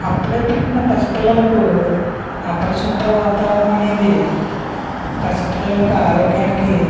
అప్పుడే పుట్టిన పసిపిల్లలకు అపరిశుభ్ర వాతావరణం అనేది పసిపిల్లల యొక్క ఆరోగ్యానికి